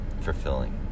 fulfilling